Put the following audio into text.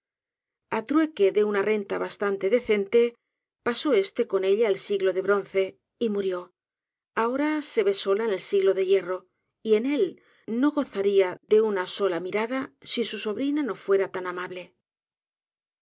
á trueque de uria renta bástante decente pasó este con ella el siglo de bronce y murió ahora se ve sola en el siglo de hierro y én él nó goza ría de una sola mirada si su sobr ina río fuer a tan mable